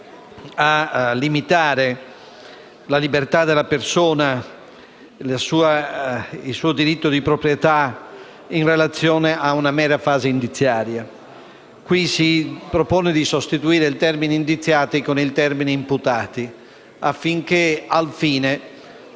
a limitare la libertà della persona e il suo diritto di proprietà in relazione a una mera fase indiziaria. Qui si propone di sostituire il termine «indiziati» con il termine «imputati» affinché vi sia